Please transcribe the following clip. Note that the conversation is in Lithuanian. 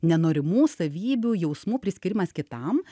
nenorimų savybių jausmų priskyrimas kitam